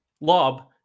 lob